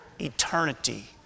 eternity